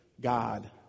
God